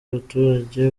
abaturage